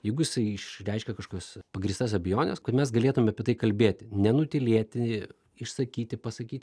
jeigu jisai išreiškia kažkokias pagrįstas abejones kad mes galėtume apie tai kalbėti nenutylėti išsakyti pasakyt